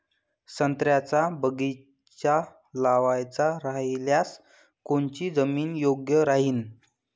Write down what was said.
संत्र्याचा बगीचा लावायचा रायल्यास कोनची जमीन योग्य राहीन?